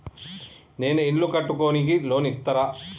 నేను ఇల్లు కట్టుకోనికి లోన్ ఇస్తరా?